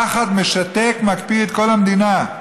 פחד משתק, מקפיא את כל המדינה.